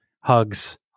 hugs